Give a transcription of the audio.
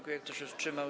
Kto się wstrzymał?